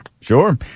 sure